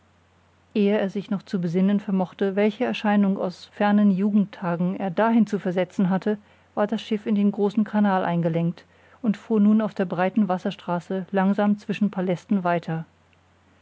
ehe er sich noch zu besinnen vermochte welche erscheinung aus fernen jugendtagen er dahin zu versetzen hatte war das schiff in den großen kanal eingelenkt und fuhr nun auf der breiten wasserstraße langsam zwischen palästen weiter